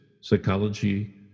psychology